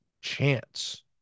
chance